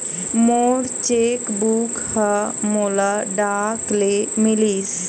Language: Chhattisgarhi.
मोर चेक बुक ह मोला डाक ले मिलिस